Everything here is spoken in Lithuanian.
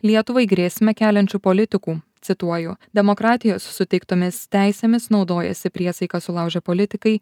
lietuvai grėsmę keliančių politikų cituoju demokratijos suteiktomis teisėmis naudojasi priesaiką sulaužę politikai